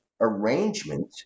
arrangement